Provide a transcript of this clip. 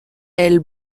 elle